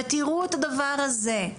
ותראו את הדבר הזה,